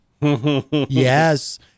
Yes